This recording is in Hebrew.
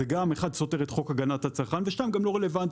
זה גם סותר את חוק הגנת הצרכן וגם לא רלוונטי